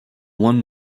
one